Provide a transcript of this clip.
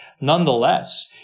nonetheless